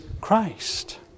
Christ